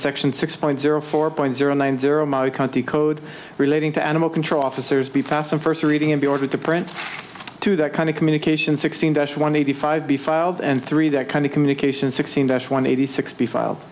section six point zero four point zero nine zero my county code relating to animal control officers be facile first reading of the order to print to that kind of communication sixteen dash one eighty five be filed and three that kind of communication sixteen dash one eighty six b file